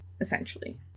essentially